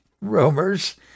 Rumors